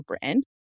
brand